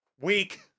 Weak